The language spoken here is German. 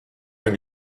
den